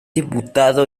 diputado